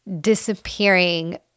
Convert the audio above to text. disappearing